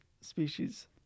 species